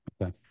Okay